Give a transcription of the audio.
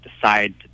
decide